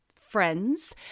friends